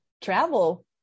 Travel